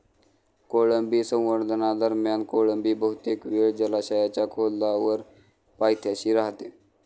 कोळंबी संवर्धनादरम्यान कोळंबी बहुतेक वेळ जलाशयाच्या खोलवर पायथ्याशी राहते